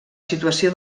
situació